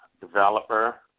developer